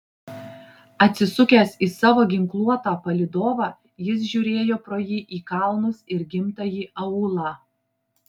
atsisukęs į savo ginkluotą palydovą jis žiūrėjo pro jį į kalnus ir gimtąjį aūlą